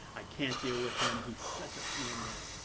i can't deal with him. he's such a pain in the ass.